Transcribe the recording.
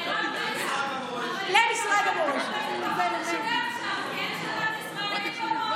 אין שבת ישראלית.